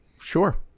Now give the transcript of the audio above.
Sure